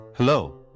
Hello